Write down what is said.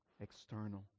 external